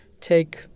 Take